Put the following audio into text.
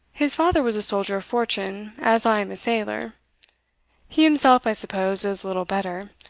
his father was a soldier of fortune as i am a sailor he himself, i suppose, is little better,